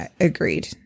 agreed